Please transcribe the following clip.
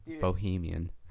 bohemian